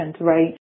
right